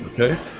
okay